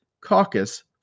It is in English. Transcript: caucus